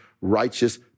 righteous